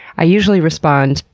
i usually respond,